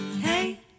hey